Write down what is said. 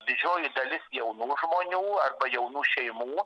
didžioji dalis jaunų žmonių arba jaunų šeimų